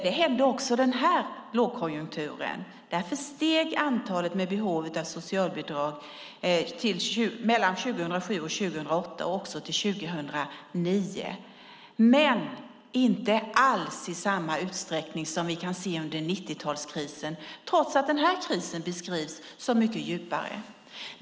Det hände också under denna lågkonjunktur, och därför steg antalet med behov av socialbidrag under 2007-2009 - men inte alls i samma utsträckning som vi kan se under 90-talskrisen, trots att denna kris beskrivs som mycket djupare.